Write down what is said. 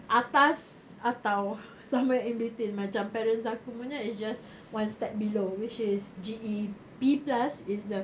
atas atau somewhere in between macam parents aku punya is just one step below which is G_E B plus is the